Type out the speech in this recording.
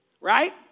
right